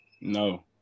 No